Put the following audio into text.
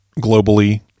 globally